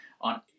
on